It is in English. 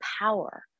power